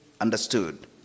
understood